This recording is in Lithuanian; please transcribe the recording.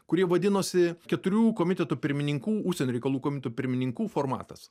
kurie vadinosi keturių komitetų pirmininkų užsienio reikalų komitetų pirmininkų formatas